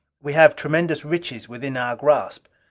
we have tremendous riches within our grasp.